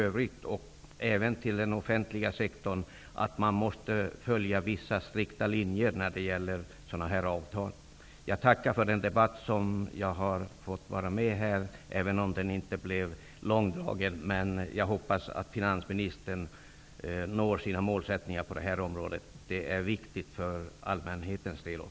Sverige har en stor export driva och få igenom samma förslag som sina svenska kolleger är risken stor att arbetsmarknadsproblemen blir ännu större. Vilka åtgärder är statsrådet beredd medverka till för svenskt vidkommande så att det inte utomlands uppfattas som om Sverige för en protektionistisk politik?